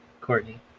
Courtney